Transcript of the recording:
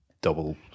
Double